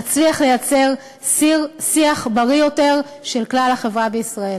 תצליח לייצר שיח בריא יותר של כלל החברה בישראל.